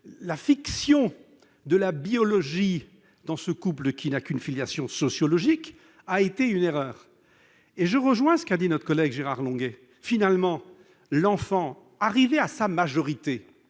la fiction de la biologie dans un couple qui n'a qu'une filiation sociologique constitue une erreur. Je rejoins ce qu'a dit notre collègue Gérard Longuet : l'enfant, arrivé à sa majorité,